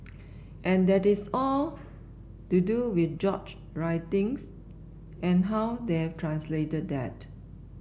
and that is all to do with George writings and how they have translated that